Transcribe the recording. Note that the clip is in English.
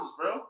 bro